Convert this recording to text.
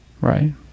right